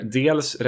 dels